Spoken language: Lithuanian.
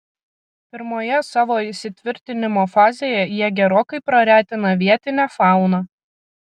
pirmoje savo įsitvirtinimo fazėje jie gerokai praretina vietinę fauną